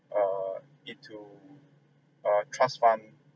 err into err trust fund